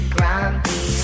Grumpy